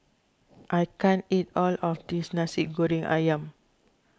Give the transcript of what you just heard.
I can't eat all of this Nasi Goreng Ayam